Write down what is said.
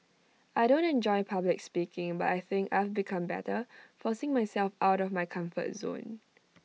I don't enjoy public speaking but I think I've become better forcing myself out of my comfort zone